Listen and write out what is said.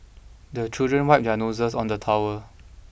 the children wipe their noses on the towel